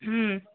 ହୁଁ